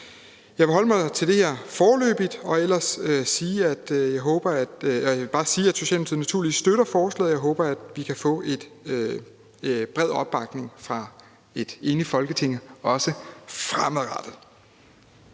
Jeg vil holde mig til det foreløbig, og ellers vil jeg bare sige, at Socialdemokratiet naturligvis støtter forslaget, og jeg håber, at vi kan få bred opbakning fra et enigt Folketing fremadrettet